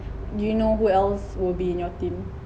do you know who else will be in your team